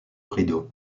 rideau